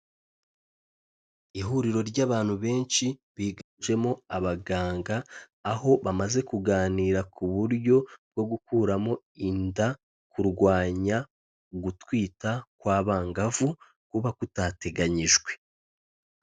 Ihuriro ry'abantu benshi biganjemo abaganga, aho bamaze kuganira ku buryo bwo gukuramo inda, kurwanya gutwita kwa bangavu kuba kutateganyijwe.